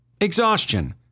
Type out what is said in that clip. exhaustion